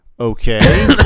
Okay